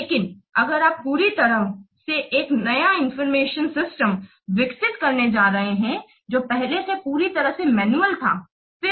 लेकिन अगर आप पूरी तरह से एक नया इनफार्मेशन सिस्टम विकसित करने जा रहे हैं जो पहले पूरी तरह से मैनुअल थी